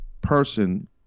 person